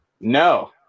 No